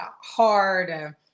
hard